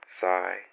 sigh